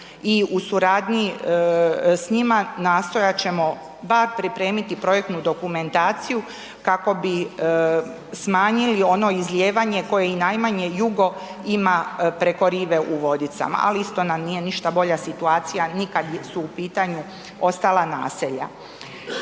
i u suradnji s njima nastojat ćemo bar pripremiti projektnu dokumentaciju kako bi smanjili ono izlijevanje koje i najmanje jugo ima preko rive u Vodicama, ali isto nam nije ništa bolja situacija ni kad su u pitanju ostala naselja.